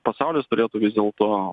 pasaulis turėtų vis dėlto